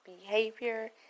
behavior